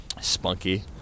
Spunky